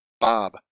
Bob